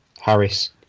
Harris